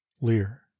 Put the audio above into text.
Lear